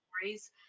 stories